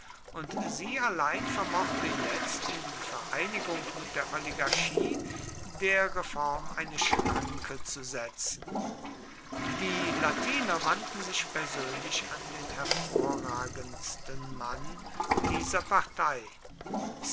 und sie allein vermochte jetzt in vereinigung mit der oligarchie der reform eine schranke zu setzen die latiner wandten sich persönlich an den hervorragendsten mann dieser partei